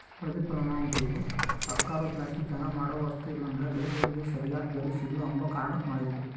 ಪ್ರತಿಪಲನ ಅಂಬದು ಸರ್ಕಾರುದ್ಲಾಸಿ ಜನ ಮಾಡೋ ವಸ್ತು ಇಲ್ಲಂದ್ರ ಬೆಳೇ ಬೆಳಿಗೆ ಸರ್ಯಾದ್ ಬೆಲೆ ಸಿಗ್ಲು ಅಂಬ ಕಾರಣುಕ್ ಮಾಡಿದ್ದು